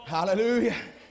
Hallelujah